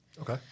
Okay